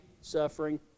suffering